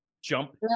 Jump